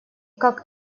как